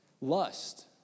lust